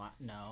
No